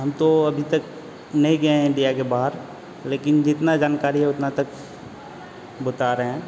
हम तो अभी तक नहीं गए हैं इंडिया के बाहर लेकिन जितना जानकारी है उतना तक बता रहे हैं